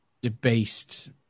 debased